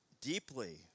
deeply